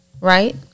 right